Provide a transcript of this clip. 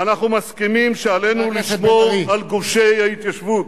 אנחנו מסכימים שעלינו לשמור על גושי ההתיישבות,